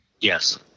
Yes